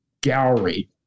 gallery